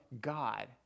God